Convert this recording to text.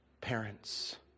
parents